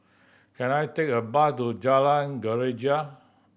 can I take a bus to Jalan Greja